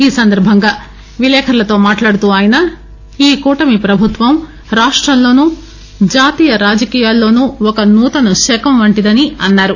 ఈ సందర్భంగా విలేఖర్లతో మాట్లాడుతూ ఆయన ఈ కూటమి ప్రభుత్వం రాష్టంలోనూ జాతీయ రాజకీయాలలోనూ ఒక నూతన శకం వంటిదని అన్నారు